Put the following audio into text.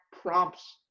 prompts